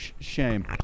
Shame